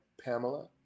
Pamela